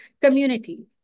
community